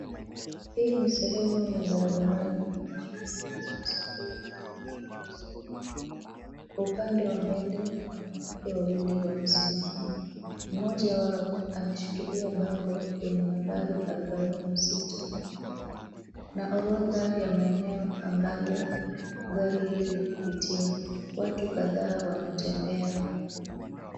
Hii ni sehemu ya barabarani yenye shughuli za usafiri na uchukuzi wa umma. Kwa upande wa mbele, wanawake wawili wamesimama, mmoja wao ameshikilia bango yenye nambari arobaini na sita. Kuna orodha ya maeneo ambalo gari hili hupitia. Watu kadhaa wanatembea.